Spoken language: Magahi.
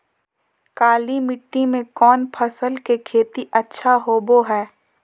काली मिट्टी में कौन फसल के खेती अच्छा होबो है?